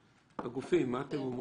לפי צו זה של מקבלי שירות, מיופי כוח, נהנים